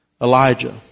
Elijah